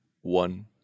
one